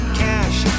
cash